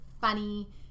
funny